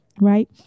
right